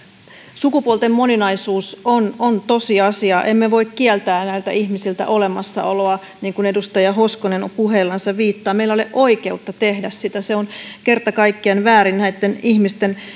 sukupuolten moninaisuus on on tosiasia emme voi kieltää näiltä ihmisiltä olemassaoloa niin kuin edustaja hoskonen puheillansa viittaa meillä ei ole oikeutta tehdä sitä se on kerta kaikkiaan väärin näitten ihmisten